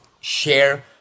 share